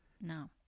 No